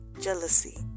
jealousy